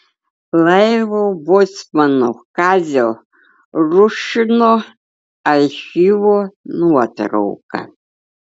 laivo bocmano kazio rušino archyvo nuotrauka